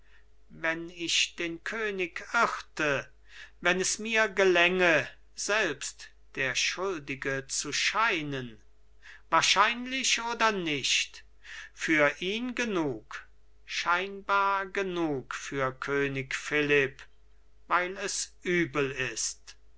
wenn ich den könig irrte wenn es mir gelänge selbst der schuldige zu scheinen wahrscheinlich oder nicht für ihn genug scheinbar genug für könig philipp weil es übel ist